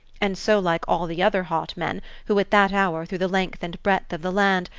and so like all the other hot men who, at that hour, through the length and breadth of the land,